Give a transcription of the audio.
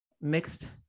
mixed